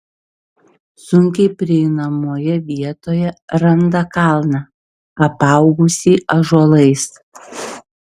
sunkiai prieinamoje vietoje randa kalną apaugusį ąžuolais